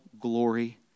glory